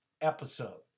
episode